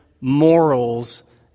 morals